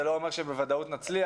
זה לא אומר שבוודאות נצליח,